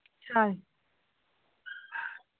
ꯆꯥꯔꯦ